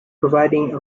providing